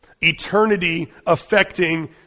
Eternity-affecting